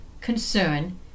concern